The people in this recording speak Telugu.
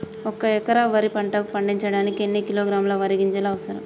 ఒక్క ఎకరా వరి పంట పండించడానికి ఎన్ని కిలోగ్రాముల వరి గింజలు అవసరం?